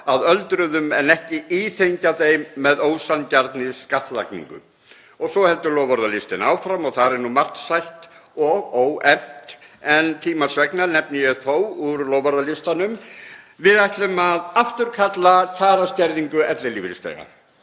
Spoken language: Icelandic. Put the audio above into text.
að öldruðum en ekki íþyngja þeim með ósanngjarnri skattlagningu.“ Svo heldur loforðalistinn áfram og þar er margt sætt og óefnt en tímans vegna nefni ég þó úr loforðalistanum: Við ætlum að afturkalla kjaraskerðingu ellilífeyrisþega.